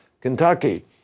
Kentucky